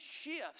shifts